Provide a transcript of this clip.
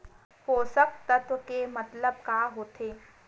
पोषक तत्व के मतलब का होथे?